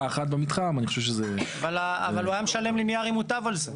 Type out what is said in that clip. אחת במתחם זה --- אבל הוא היה משלם ליניארי מוטב על זה,